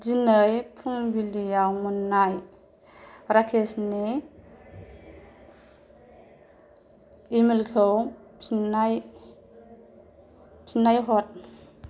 दिनै फुंबिलियाव मोन्नाय राकेसनि इमेलखौ फिन्नाय हर